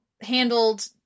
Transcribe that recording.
handled